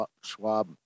Schwab